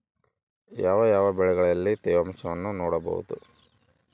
ಯಾವ ಯಾವ ಬೆಳೆಗಳಲ್ಲಿ ತೇವಾಂಶವನ್ನು ನೋಡಬಹುದು?